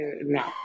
no